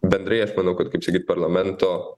bendrai aš manau kad kaip sakyt parlamento